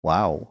Wow